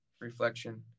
reflection